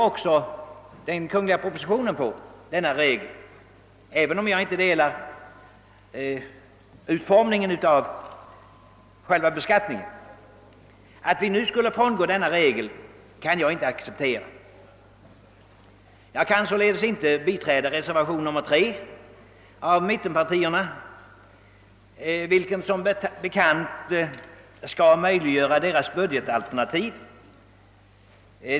Också den kungl propositionen bygger på denna regel och även om jag inte anser att utformningen av själva beskattningen är riktig kan jag inte acceptera att vi nu skulle frångå den regeln. Jag kan således inte biträda reservation nr 3 av mittenpartierna, vilken son bekant skall möjliggöra ett eventuell genomförande av deras budgetalternativ.